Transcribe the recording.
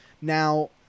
Now